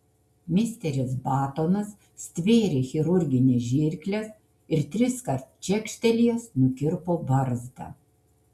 misteris batonas stvėrė chirurgines žirkles ir triskart čekštelėjęs nukirpo barzdą